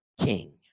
king